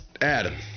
Adam